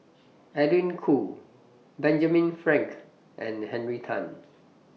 Edwin Koo Benjamin Frank and Henry Tan